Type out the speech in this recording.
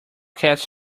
cats